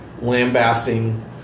lambasting